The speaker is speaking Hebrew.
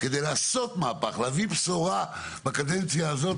כדי לעשות מהפך ולהביא בשורה בקדנציה הזאת,